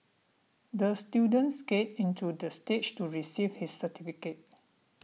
the student skated into the stage to receive his certificate